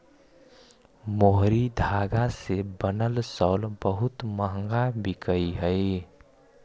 मोहरी धागा से बनल शॉल बहुत मँहगा बिकऽ हई